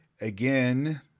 Again